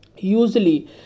Usually